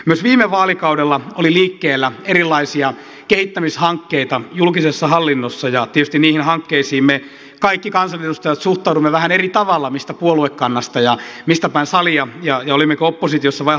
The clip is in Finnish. myös viime vaalikaudella oli liikkeellä erilaisia kehittämishankkeita julkisessa hallinnossa ja tietysti niihin hankkeisiin me kaikki kansanedustajat suhtaudumme vähän eri tavalla riippuen siitä mistä puoluekannasta ja mistä päin salia olemme ja olemmeko oppositiossa vai hallituksessa